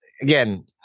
again